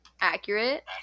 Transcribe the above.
accurate